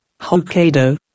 Hokkaido